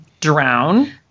drown